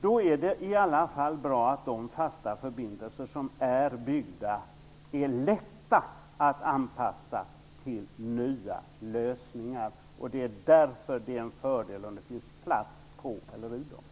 Då är det i alla fall bra att de fasta förbindelser som är byggda är lätta att anpassa till nya lösningar. Det är därför en fördel om det finns plats på eller i dem.